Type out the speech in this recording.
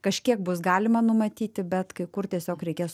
kažkiek bus galima numatyti bet kai kur tiesiog reikės